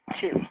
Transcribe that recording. two